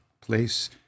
place